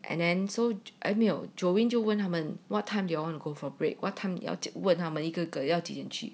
and then so eh 没有 jolene 就问他们 what time you want to go for break what time 要问他们一个个要几点去